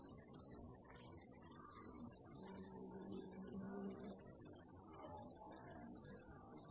இங்கே நான் vernier I க்கான சி மற்றும் வெர்னியர் II க்கு டி என்று சொல்கிறேன்